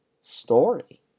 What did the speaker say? story